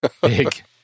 Big